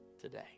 today